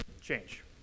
change